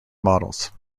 models